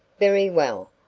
very well.